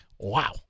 Wow